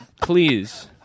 Please